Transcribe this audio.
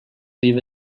leave